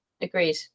Agreed